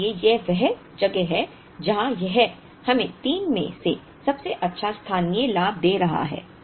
इसलिए यह वह जगह है जहां यह हमें 3 में से सबसे अच्छा स्थानीय लाभ दे रहा है